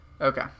Okay